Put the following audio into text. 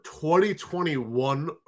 2021